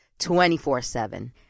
24-7